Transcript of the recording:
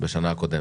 שקל בשנה הקודמת.